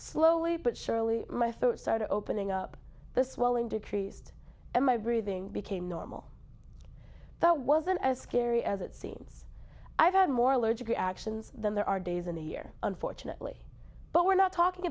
slowly but surely my thoughts started opening up the swelling decreased and my breathing became normal that wasn't as scary as it seems i've had more allergic reactions than there are days in a year unfortunately but we're not talking